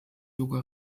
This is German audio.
yoga